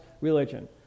religion